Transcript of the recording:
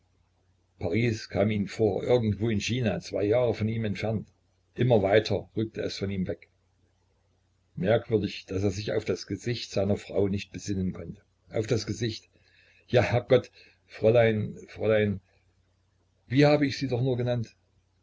paris kam ihm vor irgendwo in china zwei jahre von ihm entfernt immer weiter rückte es von ihm weg merkwürdig daß er sich auf das gesicht seiner frau nicht besinnen konnte auf das gesicht ja herrgott fräulein fräulein wie hab ich sie doch nur genannt